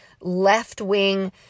left-wing